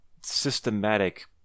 systematic